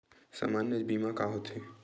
सामान्य बीमा का होथे?